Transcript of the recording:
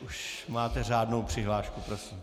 Už máte řádnou přihlášku, prosím.